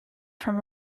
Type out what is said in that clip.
from